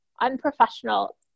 unprofessional